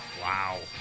Wow